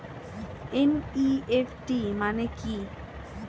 NEFT মানে কি?